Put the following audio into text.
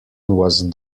was